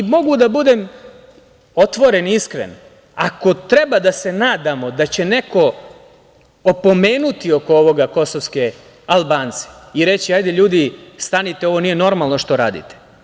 Mogu da budem otvoren i iskren, ako treba da se nadamo da će neko opomenuti oko ovoga kosovske Albance i reći – hajde ljudi, stanite, ovo nije normalno što radite.